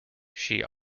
she